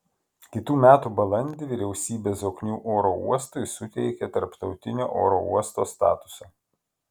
kitų metų balandį vyriausybė zoknių oro uostui suteikė tarptautinio oro uosto statusą